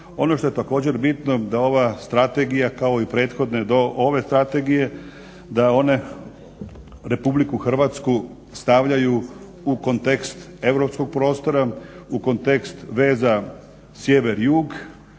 Ono što je također bitno da ova strategija kao i prethodne do ove strategije da one RH stavljaju u kontekst europskog prostora, u kontekst veza sjever-jug